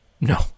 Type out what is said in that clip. No